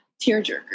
tearjerker